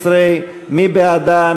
12, מי בעדה?